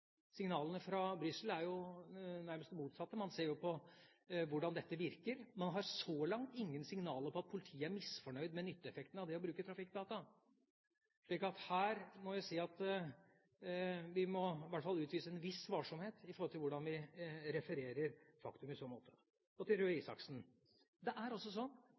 Signalene fra Brussel er jo nærmest det motsatte. Man ser på hvordan dette virker, og man har så langt ingen signaler om at politiet er misfornøyd med nytteeffekten av å bruke trafikkdata. Så her må jeg si at vi må i hvert fall utvise en viss varsomhet når det gjelder hvordan vi refererer fakta i så måte. Til Røe Isaksen: Flere av oss ønsker å sette grenser når det